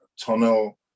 tunnel